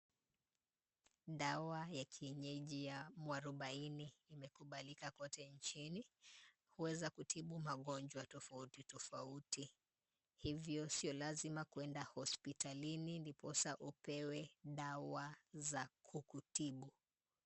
Dawa ya kienyeji ya mwarubaini imekubalika kote nchini kuweza kutibu magonjwa tofauti tofauti, hivyo sio lazima kwenda hospitalini ndiposa upewe dawa za kukutibu.